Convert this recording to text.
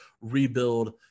rebuild